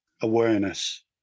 awareness